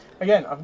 Again